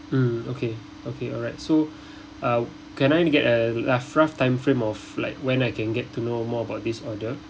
mm okay okay alright so uh can I get a rough rough time frame of like when I can get to know more about this order